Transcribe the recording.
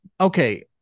okay